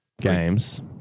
games